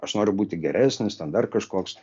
aš noriu būti geresnis ten dar kažkoks